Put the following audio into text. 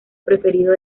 preferido